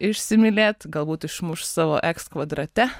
išsimylėt galbūt išmuš savo ex kvadrate